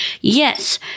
Yes